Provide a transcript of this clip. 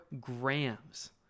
grams